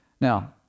Now